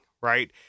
right